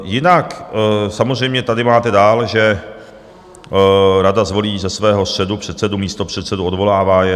Jinak samozřejmě tady máte dál, že rada zvolí ze svého středu předsedu, místopředsedu, odvolává je.